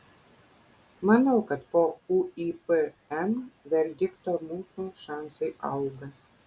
manau kad po uipm verdikto mūsų šansai auga